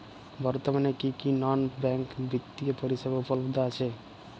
বর্তমানে কী কী নন ব্যাঙ্ক বিত্তীয় পরিষেবা উপলব্ধ আছে?